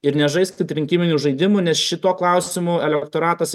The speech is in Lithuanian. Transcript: ir nežaiskit rinkiminių žaidimų nes šituo klausimu elektoratas